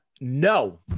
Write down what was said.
no